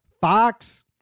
Fox